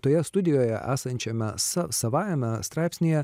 toje studijoje esančiame sa savajame straipsnyje